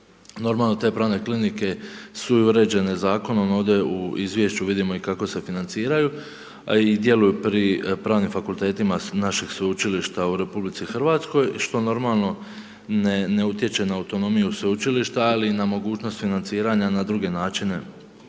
Normalno da te pravne klinike su i uređene zakonom, ovdje u izvješću vidimo i kako se financiraju i djeluju pri pravnim fakultetima naših sveučilišta u RH što normalno ne utječe na autonomiju sveučilišta ali i na mogućnost financiranja na druge načine